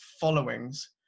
followings